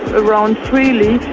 around freely.